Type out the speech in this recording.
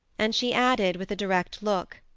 and she added, with a direct look,